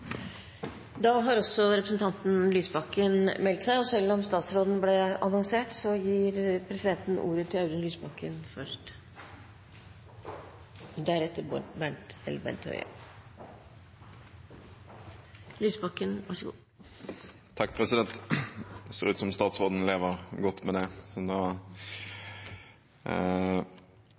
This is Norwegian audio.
Da har også representanten Audun Lysbakken meldt seg, og selv om statsråden ble annonsert, gir presidenten ordet til Audun Lysbakken først. Det ser ut som om statsråden lever godt med det. Dette er en sak som